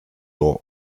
door